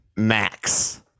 max